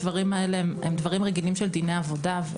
הדברים האלה הם דברים רגילים של דיני העבודה.